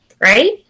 Right